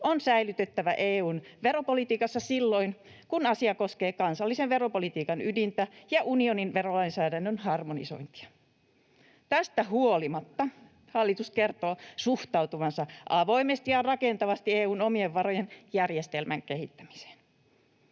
on säilytettävä EU:n veropolitiikassa silloin, kun asia koskee kansallisen veropolitiikan ydintä ja unionin verolainsäädännön harmonisointia. Tästä huolimatta hallitus kertoo suhtautuvansa avoimesti ja rakentavasti EU:n omien varojen järjestelmän kehittämiseen.